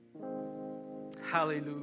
Hallelujah